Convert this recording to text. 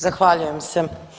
Zahvaljujem se.